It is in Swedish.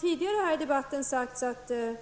Tidigare i debatten har sagts att det